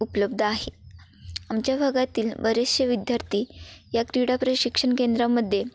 उपलब्ध आहेत आमच्या भागातील बरेचसे विद्यार्थी या क्रीडा प्रशिक्षण केंद्रामध्ये